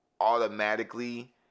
automatically